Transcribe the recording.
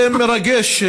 זה מרגש,